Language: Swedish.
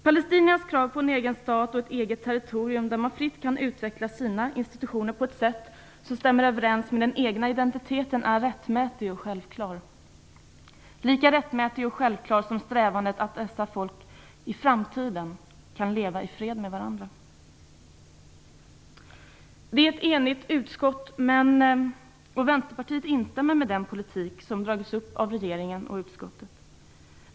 Palestiniernas krav på en egen stat och ett eget territorium där de fritt kan utveckla sina institutioner på ett sätt som stämmer överens med den egna identiteten är rättmätigt och självklart, lika rättmätigt och självklart som strävandet att dessa folk i framtiden kan leva i fred med varandra. Det är ett enigt utskott som står bakom betänkandet, och Vänsterpartiet instämmer i den politik som dragits upp av regeringen och utskottet.